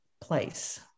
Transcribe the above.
place